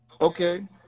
Okay